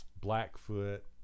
Blackfoot